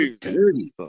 dirty